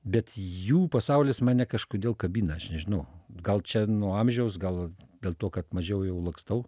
bet jų pasaulis mane kažkodėl kabina aš nežinau gal čia nuo amžiaus gal dėl to kad mažiau jau lakstau